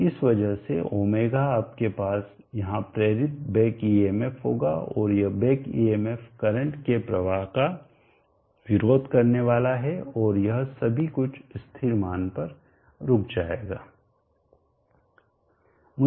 और इस वजह से ω आपके पास यहां प्रेरित बैक EMF होगा और यह बैक EMF करंट के प्रवाह का विरोध करने वाला है और यह सभी कुछ स्थिर मान पर रुक जाएगा